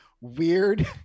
weird